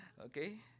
Okay